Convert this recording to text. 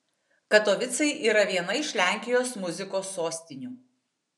katovicai yra viena iš lenkijos muzikos sostinių